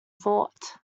thought